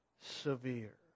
severe